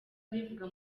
abivuga